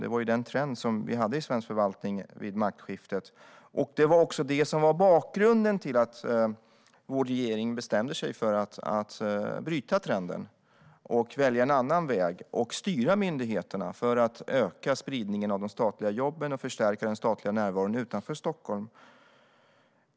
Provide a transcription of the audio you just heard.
Det var den trenden vi hade i svensk förvaltning vid maktskiftet, och det var också detta som var bakgrunden till att vår regering bestämde sig för att bryta denna trend, välja en annan väg och styra myndigheterna för att öka spridningen av de statliga jobben och förstärka den statliga närvaron utanför Stockholm.